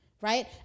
Right